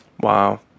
Wow